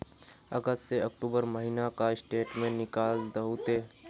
अगस्त से अक्टूबर महीना का स्टेटमेंट निकाल दहु ते?